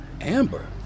Amber